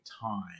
time